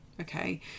okay